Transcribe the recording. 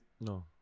No